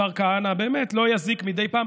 השר כהנא, באמת, לא יזיק מדי פעם.